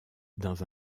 dans